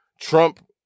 Trump